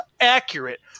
accurate